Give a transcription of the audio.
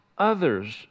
Others